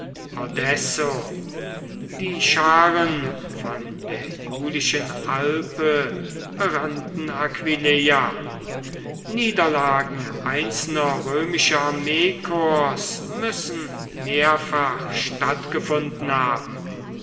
die scharen von der julischen alpe berannten aquileia niederlagen einzelner römischer armeekorps müssen mehrfach stattgefunden haben